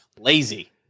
Lazy